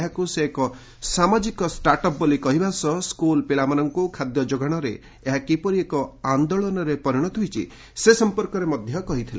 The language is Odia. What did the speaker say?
ଏହାକୁ ସେ ଏକ ସାମାଜିକ ଷ୍ଟାର୍ଟ ଅପ୍ ବୋଲି କହିବା ସହ ସ୍କୁଲ୍ ପିଲାଙ୍କୁ ଖାଦ୍ୟ ଯୋଗାଣରେ ଏହା କିପରି ଏକ ଆନ୍ଦୋଳନରେ ପରିଣତ ହୋଇଛି ସେ ସଂପର୍କରେ ସୂଚନା ଦେଇଥିଲେ